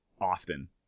often